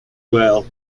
well